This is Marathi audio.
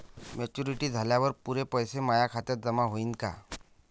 मॅच्युरिटी झाल्यावर पुरे पैसे माया खात्यावर जमा होईन का?